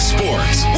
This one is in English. Sports